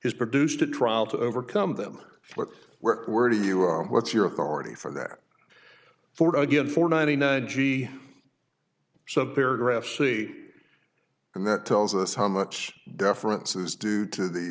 has produced a trial to overcome them for work where do you are what's your authority for that for again for ninety nine g subparagraph see and that tells us how much deference is due to the